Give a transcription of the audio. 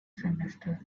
semester